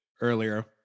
earlier